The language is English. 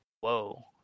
Whoa